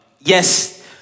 Yes